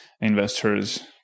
investors